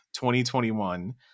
2021